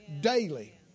daily